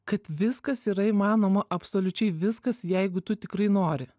kad viskas yra įmanoma absoliučiai viskas jeigu tu tikrai nori